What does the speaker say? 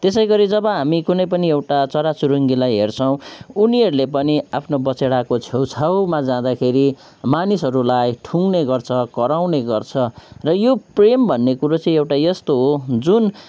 त्यसै गरी जब हामी कुनै पनि एउटा चरा चुरुङ्गीलाई हेर्छौँ उनीहरूले पनि आफ्नो बछेडाको छेउछाउमा जाँदाखेरि मानिसहरूलाई ठुङ्गने गर्छ कराउने गर्छ र यो प्रेम भन्ने कुरा चाहिँ एउटा यस्तो हो जुन